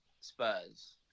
Spurs